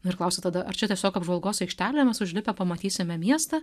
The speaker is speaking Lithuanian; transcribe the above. ir klausia tada ar čia tiesiog apžvalgos aikštelėmis užlipę pamatysime miestą